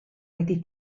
wedi